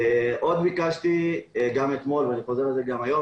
עוד ביקשתי גם אתמול ואני חוזר על זה גם היום